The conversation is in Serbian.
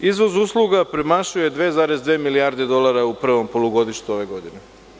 Izvoz usluga premašuje 2,2 milijarde dolara u prvom polugodištu ove godine.